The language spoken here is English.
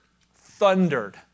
thundered